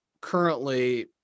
currently